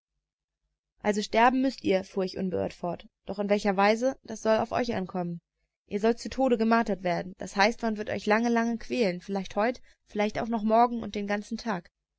also sterben müßt ihr fuhr ich unbeirrt fort doch in welcher weise das soll auf euch ankommen ihr sollt zu tode gemartert werden das heißt man wird euch lange lange quälen vielleicht heut vielleicht auch noch morgen den ganzen tag